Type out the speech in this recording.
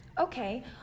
Okay